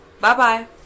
Bye-bye